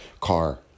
car